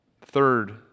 Third